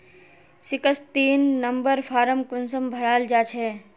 Sixteen number form कुंसम भराल जाछे?